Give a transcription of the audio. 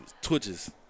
twitches